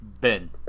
ben